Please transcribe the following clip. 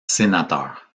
sénateur